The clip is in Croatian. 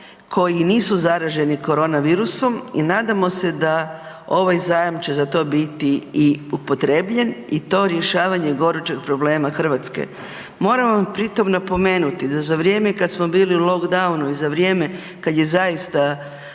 koji nisu zaraženi korona virusom i nadamo se da ovaj zajam će za to biti i upotrijebljen i to rješavanje gorućeg problema Hrvatske. Moram vam pri tom napomenuti da za vrijeme kad smo bili u lockdownu i za vrijeme kad je zaista